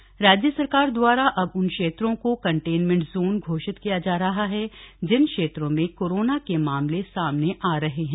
containment zone राज्य सरकार द्वारा अब उन क्षेत्रों को कंटेनमेंट जोन घोषित किया जा रहा है जिन क्षेत्रों में कोरोना के मामले सामने आ रहे हैं